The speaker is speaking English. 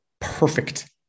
perfect